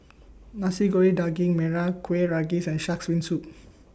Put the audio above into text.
Nasi Goreng Daging Merah Kuih Rengas and Shark's Fin Soup